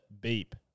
beep